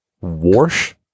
Wash